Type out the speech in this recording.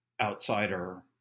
outsider